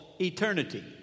eternity